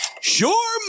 sure